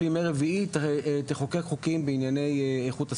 ימי רביעי תחוקק חוקים בענייני איכות הסביבה.